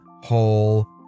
whole